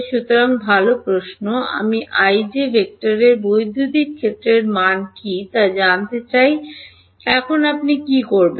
সুতরাং ভাল প্রশ্ন আমি i j ভেক্টরের বৈদ্যুতিক ক্ষেত্রের মান কী তা জানতে চাই এখন আপনি কী করবেন